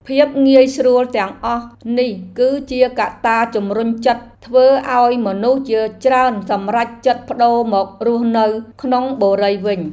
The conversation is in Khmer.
ភាពងាយស្រួលទាំងអស់នេះគឺជាកត្តាជម្រុញចិត្តធ្វើឱ្យមនុស្សជាច្រើនសម្រេចចិត្តប្តូរមករស់នៅក្នុងបុរីវិញ។